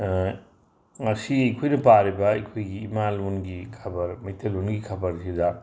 ꯉꯁꯤ ꯑꯩꯈꯣꯏꯅ ꯄꯥꯔꯤꯕ ꯑꯩꯈꯣꯏꯒꯤ ꯏꯃꯥ ꯂꯣꯟꯒꯤ ꯈꯕꯔ ꯃꯩꯇꯩ ꯂꯣꯟꯒꯤ ꯈꯔꯁꯤꯗ